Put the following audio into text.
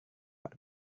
pak